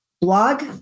blog